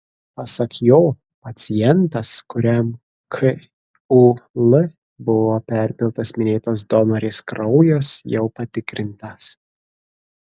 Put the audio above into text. pasak jo pacientas kuriam kul buvo perpiltas minėtos donorės kraujas jau patikrintas